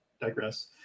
digress